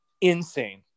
insane